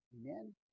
Amen